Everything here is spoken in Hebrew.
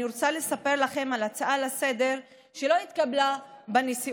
אני רוצה לספר לכם על הצעה לסדר-היום שלא התקבלה בנשיאות